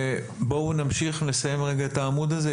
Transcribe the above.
בואו נמשיך, נסיים רגע את העמוד הזה.